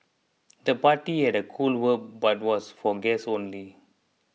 the party had a cool vibe but was for guests only